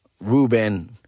Ruben